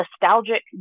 nostalgic